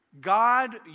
God